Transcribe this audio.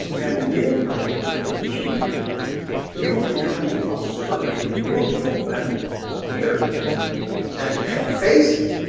and when you hurt her and when she heard him you hurt your heavenly father at first and if you don't deal with that here and face it